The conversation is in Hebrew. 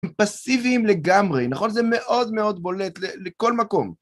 הם פסיביים לגמרי, נכון? זה מאוד מאוד בולט לכל מקום.